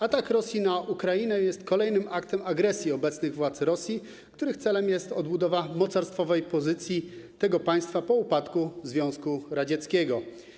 Atak Rosji na Ukrainę jest kolejnym aktem agresji obecnych władz Rosji, którego celem jest odbudowa mocarstwowej pozycji tego państwa po upadku Związku Radzieckiego.